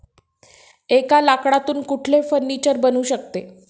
एका लाकडातून कुठले फर्निचर बनू शकते?